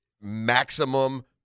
maximum